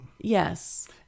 Yes